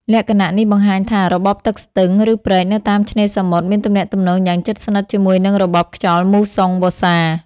លក្ខណៈនេះបង្ហាញថា របបទឹកស្ទឹង ឬព្រែកនៅតាមឆ្នេរសមុទ្រមានទំនាក់ទំនងយ៉ាងជិតស្និទ្ធជាមួយនឹងរបបខ្យល់មូសុងវស្សា។